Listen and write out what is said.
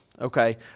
Okay